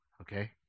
Okay